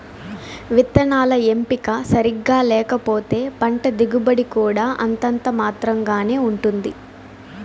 విత్తనాల ఎంపిక సరిగ్గా లేకపోతే పంట దిగుబడి కూడా అంతంత మాత్రం గానే ఉంటుంది